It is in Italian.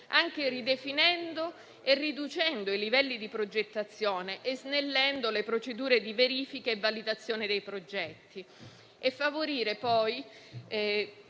anche ridefinendo e riducendo i livelli di progettazione e snellendo le procedure di verifica e validazione dei progetti e favorire poi,